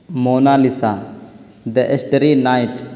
Mona Lisa the Starry night